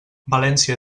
valència